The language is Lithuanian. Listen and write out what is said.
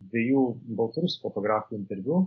dviejų baltarusių fotografų interviu